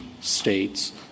states